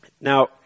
Now